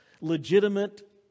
legitimate